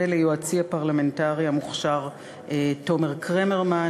וליועצי הפרלמנטרי המוכשר תומר קרמרמן,